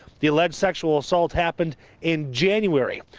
the alleged sexual assault happened in january.